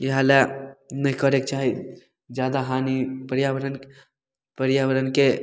इहए लए नहि करैक चाही जादा हानी पर्याबरण पर्याबरणके